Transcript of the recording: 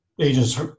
agents